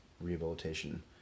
rehabilitation